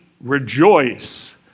rejoice